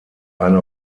eine